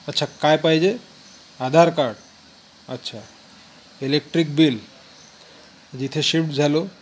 अच्छा काय पाहिजे आधार कार्ड अच्छा इलेक्ट्रिक बिल जिथे शिफ्ट झालो